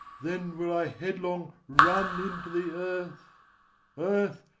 then will i headlong run into the earth earth,